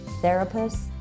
therapists